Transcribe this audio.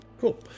Cool